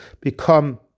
become